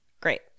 Great